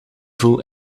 voel